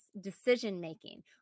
decision-making